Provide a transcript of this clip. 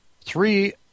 three